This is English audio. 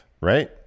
Right